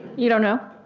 you don't know?